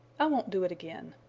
i won't do it again.